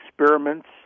experiments